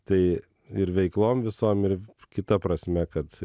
tai ir veiklom visom ir kita prasme kad